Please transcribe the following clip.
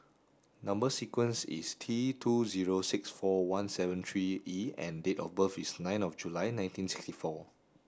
number sequence is T two zero six four one seven three E and date of birth is nine of July nineteen sixty four